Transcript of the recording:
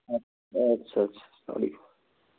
اَدٕ سہ اَدٕ سہ